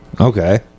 Okay